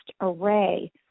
array